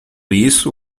isso